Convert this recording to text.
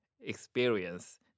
experience